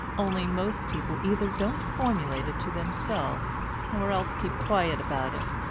only most people either don't formulate it to themselves, or else keep quiet about it.